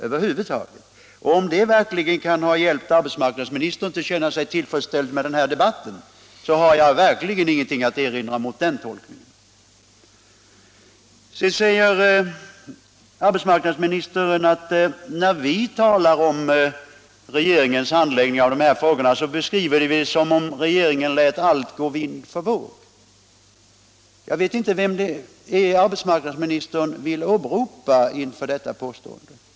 Om mitt uttalande verkligen kan ha hjälpt arbetsmarknadsministern att känna sig till freds med den här debatten har jag verkligen ingenting att erinra. Vidare sade arbetsmarknadsministern att vi beskriver det som om regeringen lät allt gå vind för våg när vi talar om regeringens handläggning av dessa frågor. Jag vet inte vem det är arbetsmarknadsministern åberopar när han gör detta påstående.